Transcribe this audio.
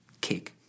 cake